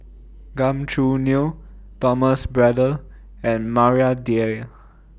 Gan Choo Neo Thomas Braddell and Maria Dyer